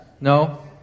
No